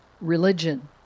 religion